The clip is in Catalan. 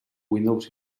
windows